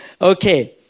Okay